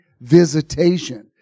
visitation